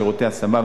שירותי השמה,